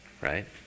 right